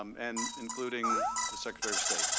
um and including the secretary of state.